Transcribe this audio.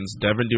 Devin